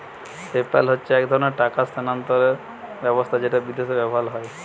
PayPal হচ্ছে এক ধরণের টাকা স্থানান্তর ব্যবস্থা যেটা বিদেশে ব্যবহার হয়